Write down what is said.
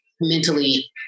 mentally